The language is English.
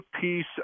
piece